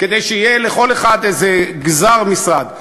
כדי שיהיה לכל אחד איזה גְזַר משרד.